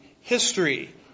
history